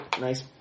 nice